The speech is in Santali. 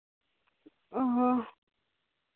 ᱦᱚᱸ